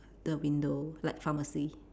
the window like pharmacy